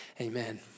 Amen